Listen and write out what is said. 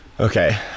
Okay